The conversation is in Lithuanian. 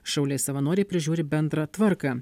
šauliai savanoriai prižiūri bendrą tvarką